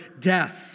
death